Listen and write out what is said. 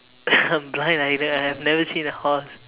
I'm blind I have I have never seen a horse